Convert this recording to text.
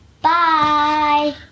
bye